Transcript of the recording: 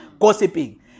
gossiping